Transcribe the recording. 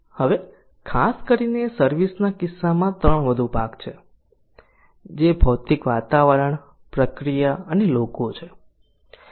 હવે ખાસ કરીને સર્વિસ ના કિસ્સામાં 3 વધુ ભાગ છે જે ભૌતિક વાતાવરણ પ્રક્રિયા અને લોકો છે